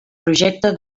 projecte